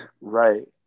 Right